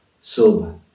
silver